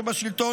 שבשלטון,